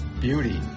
beauty